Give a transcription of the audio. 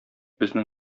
безнең